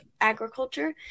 agriculture